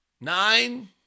nine